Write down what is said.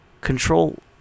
control